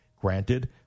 granted